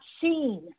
seen